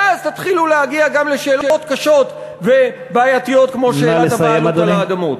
ואז תתחילו להגיע גם לשאלות קשות ובעייתיות כמו שאלת הבעלות על האדמות.